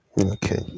Okay